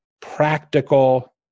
practical